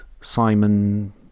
Simon